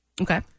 Okay